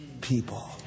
people